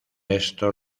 esto